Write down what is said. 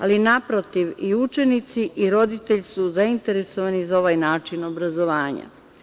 Ali, naprotiv, i učenici i roditelji su zainteresovani za ovaj način obrazovanja.